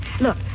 Look